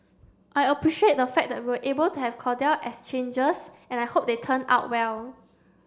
I appreciate the fact that we are able to have cordial exchanges and I hope they turn out well